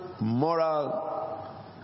moral